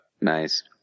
Nice